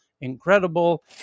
incredible